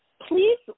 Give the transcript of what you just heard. Please